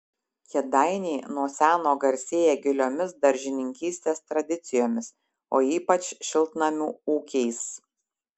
kėdainiai nuo seno garsėja giliomis daržininkystės tradicijomis o ypač šiltnamių ūkiais